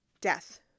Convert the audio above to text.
death